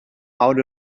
out